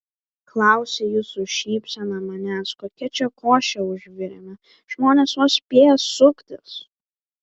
klausia ji su šypsena manęs kokią čia košę užvirėme žmonės vos spėja suktis